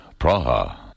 Praha